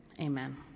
Amen